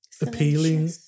appealing